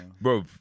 Bro